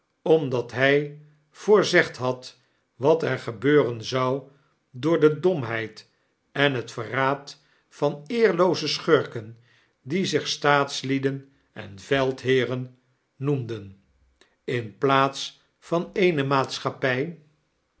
omclat hy voorzegd had wat ergebeuren zou door de domheid en het verraad van eerlooze schurken die zich staatslieden en veldheeren noemden in plaats van eene maatschappij